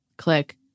Click